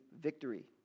victory